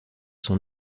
son